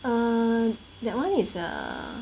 err that one is a